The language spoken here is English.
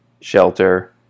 shelter